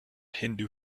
hindu